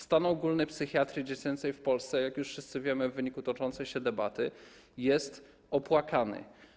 Stan ogólny psychiatrii dziecięcej w Polsce, jak już wszyscy wiemy w wyniku toczącej się debaty, jest opłakany.